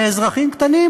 כאזרחים קטנים,